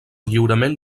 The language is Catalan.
lliurament